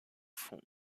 fond